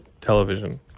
television